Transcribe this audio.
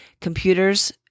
computers